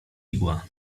igła